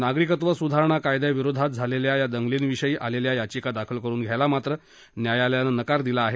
नागरिकत्व सुधारणा कायद्याविरोधात झालेल्या या दंगलींविषयी आलेल्या याचिका दाखल करुन द्यायला मात्र न्यायालयानं नकार दिला आहे